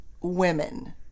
women